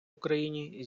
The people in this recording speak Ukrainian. україні